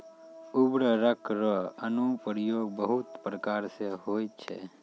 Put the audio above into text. उर्वरक रो अनुप्रयोग बहुत प्रकार से होय छै